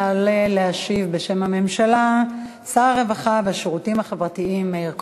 יעלה להשיב בשם הממשלה שר הרווחה והשירותים החברתיים מאיר כהן.